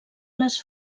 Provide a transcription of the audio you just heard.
les